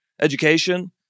education